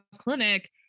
clinic